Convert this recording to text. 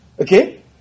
Okay